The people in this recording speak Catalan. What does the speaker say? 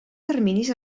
terminis